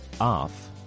off